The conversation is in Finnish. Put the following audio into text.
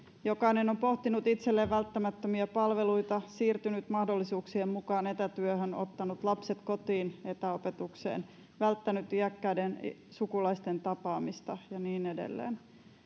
jokainen on pohtinut itselleen välttämättömiä palveluita siirtynyt mahdollisuuksien mukaan etätyöhön ottanut lapset kotiin etäopetukseen välttänyt iäkkäiden sukulaisten tapaamista ja niin edelleen